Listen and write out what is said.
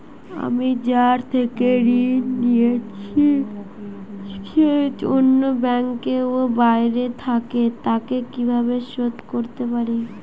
আমি যার থেকে ঋণ নিয়েছে সে অন্য ব্যাংকে ও বাইরে থাকে, তাকে কীভাবে শোধ করতে পারি?